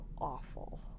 awful